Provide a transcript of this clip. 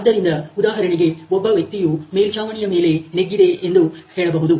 ಆದ್ದರಿಂದ ಉದಾಹರಣೆಗೆ ಒಬ್ಬ ವ್ಯಕ್ತಿಯು ಮೇಲ್ಚಾವಣಿಯ ಮೇಲೆ ನೆಗ್ಗಿದೆ ಎಂದು ಹೇಳಬಹುದು